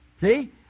See